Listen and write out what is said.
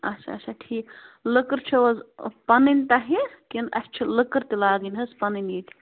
اَچھا اَچھا ٹھیٖک لٔکٕر چھو حظ پنٕنۍ تۄہہِ کِنۍ اَسہِ چھِ لٔکٕر تہِ لاگٕنۍ حظ پنٕنۍ ییٚتہِ